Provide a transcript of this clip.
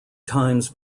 times